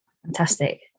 Fantastic